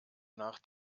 nach